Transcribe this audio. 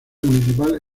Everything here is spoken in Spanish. municipal